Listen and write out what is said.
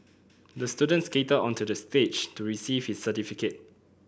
the student skated onto the stage to receive his certificate